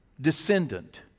descendant